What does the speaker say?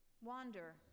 wander